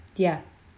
yeah